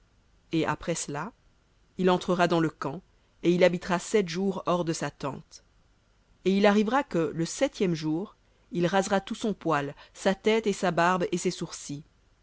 et après cela il entrera dans le camp et il habitera sept jours hors de sa tente et il arrivera que le septième jour il rasera tout son poil sa tête et sa barbe et ses sourcils